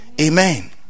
Amen